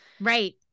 Right